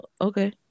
Okay